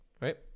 right